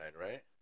right